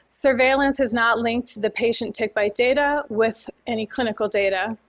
surveillance is not linked to the patient tick bite data with any clinical data.